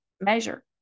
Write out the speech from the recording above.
measure